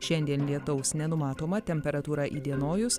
šiandien lietaus nenumatoma temperatūra įdienojus